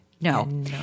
No